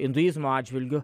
induizmo atžvilgiu